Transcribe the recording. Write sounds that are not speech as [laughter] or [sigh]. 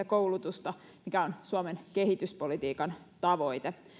[unintelligible] koulutusta mikä on suomen kehityspolitiikan tavoite